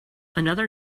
another